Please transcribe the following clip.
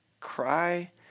cry